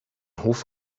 hof